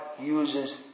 uses